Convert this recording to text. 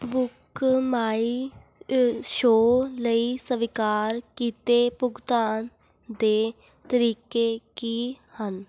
ਬੁੱਕਮਾਈਅਸ਼ੋ ਲਈ ਸਵੀਕਾਰ ਕੀਤੇ ਭੁਗਤਾਨ ਦੇ ਤਰੀਕੇ ਕੀ ਹਨ